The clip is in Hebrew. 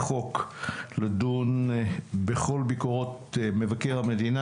חוק לדון בכל ביקורות מבקר המדינה,